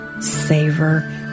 savor